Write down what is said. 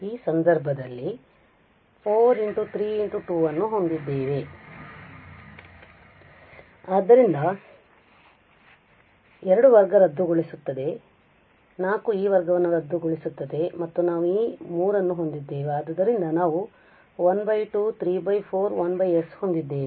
ಈ ಸಂದರ್ಭದಲ್ಲಿ 4 ⋅ 3 ⋅ 2 ಅನ್ನು ಹೊಂದಿದ್ದೇವೆ ಆದ್ದರಿಂದ 2 ಈ ವರ್ಗ ರದ್ದುಗೊಳಿಸುತ್ತದೆ 4 ಈ ವರ್ಗವನ್ನು ರದ್ದುಗೊಳಿಸುತ್ತದೆ ಮತ್ತು ನಾವು ಈ 3 ಅನ್ನು ಹೊಂದಿದ್ದೇವೆ ಆದ್ದರಿಂದ ನಾವು 1 2 34 1s ಹೊಂದಿದ್ದೇವೆ